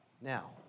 now